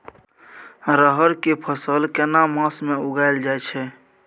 रहर के फसल केना मास में उगायल जायत छै?